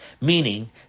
meaning